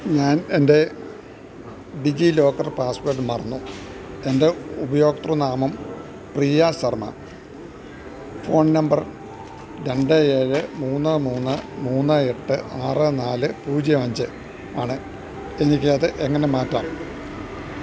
ഞാൻ എൻ്റെ ഡിജിലോക്കർ പാസ്വേഡ് മറന്നു എൻ്റെ ഉപയോക്തൃ നാമം പ്രിയ ശർമ്മ ഫോൺ നമ്പർ രണ്ട് ഏഴ് മൂന്ന് മൂന്ന് മൂന്ന് എട്ട് ആറ് നാല് പൂജ്യം അഞ്ച് ആണ് എനിക്ക് അതെങ്ങനെ മാറ്റാം